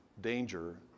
danger